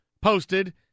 posted